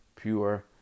pure